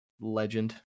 legend